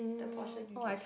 the portion you can share